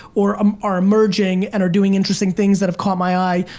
or um are emerging and are doing interesting things that have caught my eye,